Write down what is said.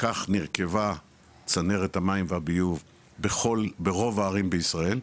וכך נרקבה צנרת המים והביוב ברוב הערים בישראל,